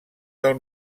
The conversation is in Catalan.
del